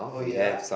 oh ya